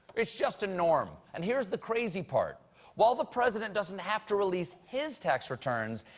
it's just a norm. and here's the crazy part while the president doesn't have to release his tax returns,